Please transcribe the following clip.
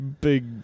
Big